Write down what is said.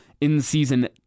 in-season